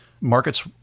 markets